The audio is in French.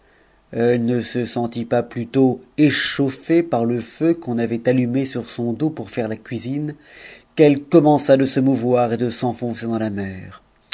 elle ne se sentit pas plutôt ëchauf par le feu qu'on avait allumé sur son dos pour faire la cuisine qu'etff commença de se mouvoir et de s'enfoncer dans la mer